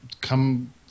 come